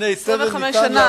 25 שנה זה דור שלם.